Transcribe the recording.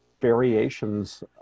variations